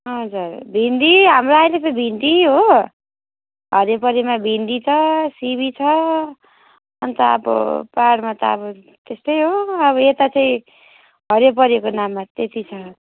हजुर भिन्डी हाम्रो आहिले त भिन्डी हो हरियोपरियोमा भिन्डी छ सिँबी छ अनि त अब पाहाडमा त अब त्यस्तै हो अब यता चाहिँ हरियोपरियोको नाममा त्यति छ